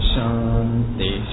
Shanti